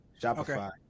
Shopify